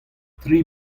tri